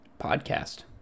podcast